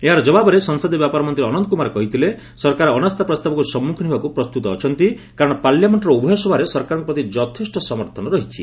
ଏହାର ଜବାବରେ ସଂସଦୀୟ ବ୍ୟାପାର ମନ୍ତ୍ରୀ ଅନନ୍ତ କୁମାର କହିଥିଲେ ସରକାର ଅନାସ୍ଥା ପ୍ରସ୍ତାବକୁ ସମ୍ମୁଖୀନ ହେବାକୁ ପ୍ରସ୍ତୁତ ଅଛନ୍ତି କାରଣ ପାର୍ଲାମେଣ୍ଟର ଉଭୟ ସଭାରେ ସରକାରଙ୍କ ପ୍ରତି ଯଥେଷ୍ଟ ସମର୍ଥନ ରହିଛି